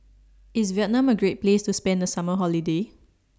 IS Vietnam A Great Place to spend The Summer Holiday